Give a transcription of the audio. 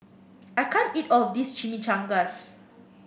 I can't eat all of this Chimichangas